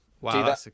Wow